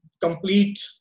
complete